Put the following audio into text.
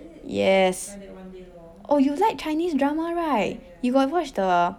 yes oh you like chinese drama right you got watch the